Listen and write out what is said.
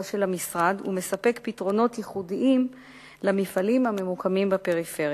של המשרד ומספק פתרונות ייחודיים למפעלים הממוקמים בפריפריה.